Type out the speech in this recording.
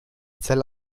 zell